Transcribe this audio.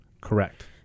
Correct